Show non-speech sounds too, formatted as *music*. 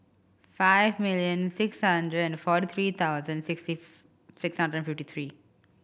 five million six hundred and forty three thousand sixty *unintelligible* six hundred and fifty three